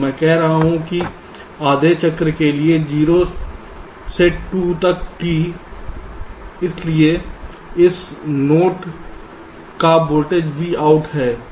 मैं कह रहा हूं कि आधे चक्र के लिए 0 से 2 तक T इसलिए इस नोड का वोल्टेज Vout है